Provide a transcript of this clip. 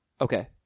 Okay